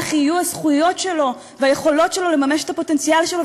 יהיו הזכויות שלו והיכולות שלו לממש את הפוטנציאל שלו,